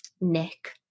Nick